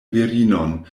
virinon